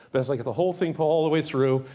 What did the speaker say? that's like the whole thing put all the way through,